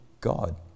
God